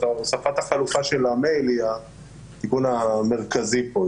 הוספת החלופה של המייל היא התיקון המרכזי פה,